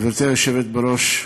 גברתי היושבת בראש,